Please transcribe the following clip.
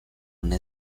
una